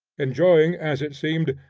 enjoying, as it seemed,